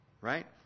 right